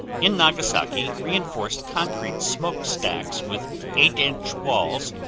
in nagasaki, reinforced concrete smoke stacks with eight walls,